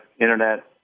Internet